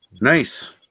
Nice